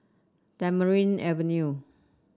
Tamarind Avenue